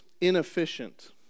inefficient